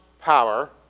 power